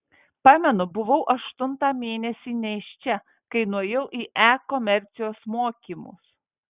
pamenu buvau aštuntą mėnesį nėščia kai nuėjau į e komercijos mokymus